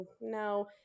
no